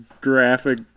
graphic